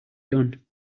done